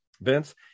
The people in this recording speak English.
vince